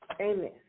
Amen